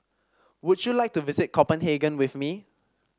would you like to visit Copenhagen with me